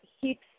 heaps